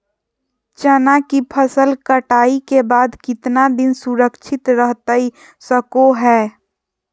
चना की फसल कटाई के बाद कितना दिन सुरक्षित रहतई सको हय?